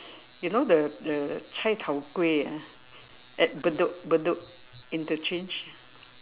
you know the the cai-tao-kway ah at Bedok Bedok interchange